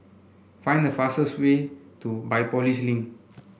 find the fastest way to Biopolis Link